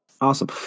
Awesome